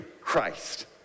Christ